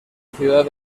ciudad